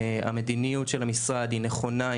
המדיניות של המשרד היא נכונה,